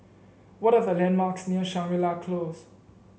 what are the landmarks near Shangri La Close